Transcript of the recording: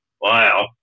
Wow